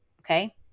okay